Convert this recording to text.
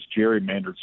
gerrymandered